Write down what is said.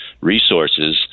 resources